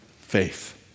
Faith